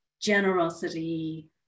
generosity